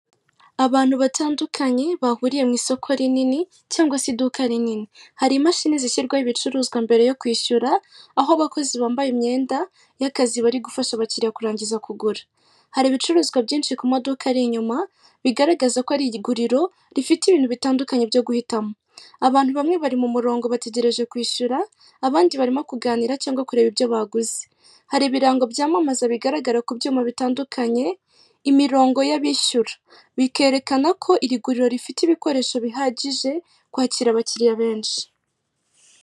Abantu batandukanye bahuriye mu isoko rinini cyangwa se iduka rinini hari imashini zishyirwaho ibicuruzwa mbere yo kwishyura, aho abakozi bambaye imyenda y'akazi bari gufasha abakiriya kurangiza kugura. Hari ibicuruzwa byinshi ku modoka hariya inyuma ,bigaragaza ko ari iguriro rifite ibintu bitandukanye byo guhitamo .Abantu bamwe bari mu murongo bategereje kwishyura abandi barimo kuganira cyangwa se kureba ibyo baguze ,hari ibirango byamamaza bigaragara ku byuma bitandukanye, imirongo y'abishyura bikerekana ko iri guriro rifite ibikoresho bihagije kwakira abakiriya benshi.